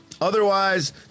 Otherwise